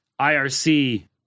IRC